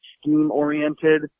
scheme-oriented